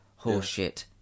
horseshit